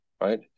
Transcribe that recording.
right